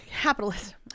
capitalism